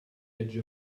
edge